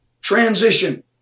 transition